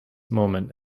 moment